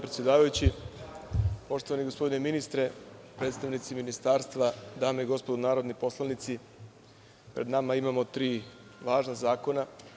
Poštovani gospodine ministre, predstavnici ministarstva, dame i gospodo narodni poslanici, pred nama imamo tri važna zakona.